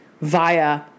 via